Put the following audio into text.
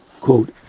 quote